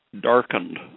darkened